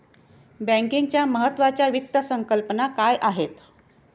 बँकिंगच्या महत्त्वाच्या वित्त संकल्पना काय आहेत?